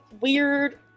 weird